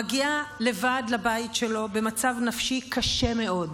מגיע לבד לבית שלו במצב נפשי קשה מאוד.